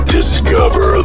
Discover